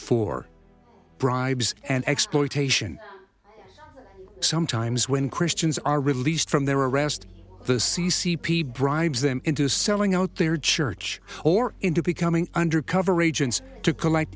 for bribes and exploitation sometimes when christians are released from their arrest the c c p bribes them into selling out their church or into becoming undercover agents to collect